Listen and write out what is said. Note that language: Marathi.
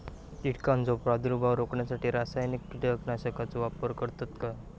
कीटकांचो प्रादुर्भाव रोखण्यासाठी रासायनिक कीटकनाशकाचो वापर करतत काय?